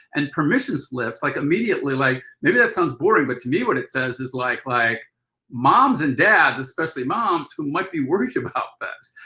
and permission slips, like immediately like maybe that sounds boring. but to me what it says is like like moms and dads, especially moms who might be worried about this.